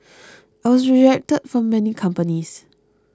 I was rejected from many companies